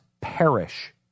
perish